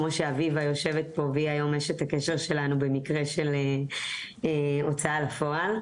כמו שאביבה יושבת פה והיא היום אשת הקשר שלנו במקרה של הוצאה לפועל.